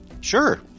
Sure